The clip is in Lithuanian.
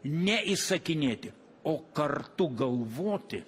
ne įsakinėti o kartu galvoti